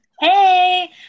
Hey